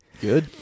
Good